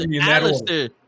Alistair